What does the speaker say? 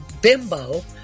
bimbo